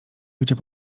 gdzie